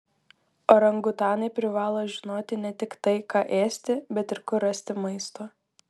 orangutanai privalo žinoti ne tik tai ką ėsti bet ir kur rasti maisto